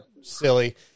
silly